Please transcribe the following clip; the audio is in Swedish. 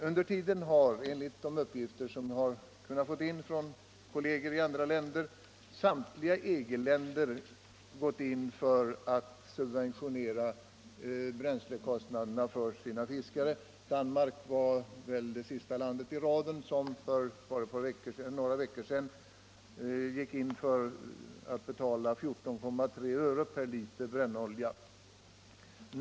Under tiden har, enligt de uppgifter som jag kunnat få av kolleger i andra länder, samtliga EG-länder gått in för att subventionera bränslekostnaderna för sina fiskare. Danmark är väl det sista landet i raden som för endast några veckor sedan beslöt att betala 14,3 öre per liter brännolja.